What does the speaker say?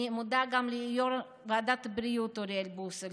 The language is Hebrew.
אני גם מודה ליו"ר ועדת הבריאות אוריאל בוסו,